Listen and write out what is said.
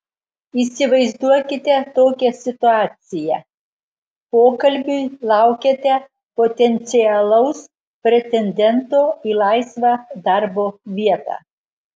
įsivaizduokite tokią situaciją pokalbiui laukiate potencialaus pretendento į laisvą darbo vietą